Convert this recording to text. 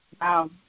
Wow